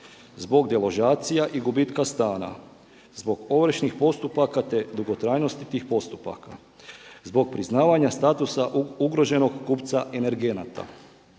zbog deložacija i gubitka stana, zbog ovršnih postupaka te dugotrajnosti tih postupaka, zbog priznavanja statusa ugroženog kupca energenata,